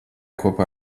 kopā